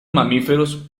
mamíferos